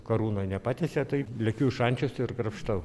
karūną nepatiesia tai lekiu į šančius ir krapštau